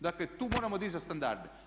Dakle tu moramo dizati standarde.